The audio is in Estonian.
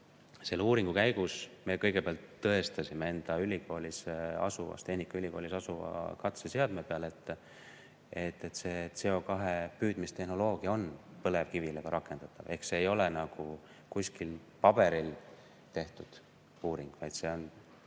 Selle uuringu käigus me kõigepealt tõestasime tehnikaülikoolis asuva katseseadme peal, et CO2püüdmise tehnoloogia on põlevkivile ka rakendatav. Ehk see ei ole kuskil paberil tehtud uuring, vaid see on